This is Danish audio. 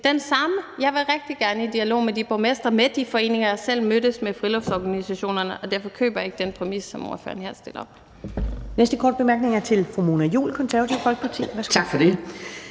Jeg vil rigtig gerne i dialog med de borgmestre, med de foreninger. Jeg har selv mødtes med friluftsorganisationerne, og derfor køber jeg ikke den præmis, som ordføreren her stiller op.